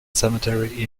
cemetery